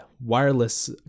wireless